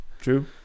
True